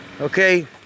Okay